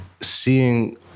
seeing